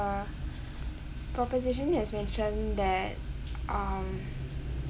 uh proposition has mentioned that uh